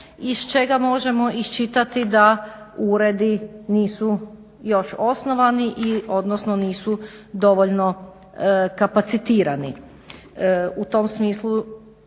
iz čega možemo iščitati da uredi nisu još osnovani, odnosno nisu dovoljno kapacitirani. U tom smislu